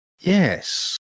Yes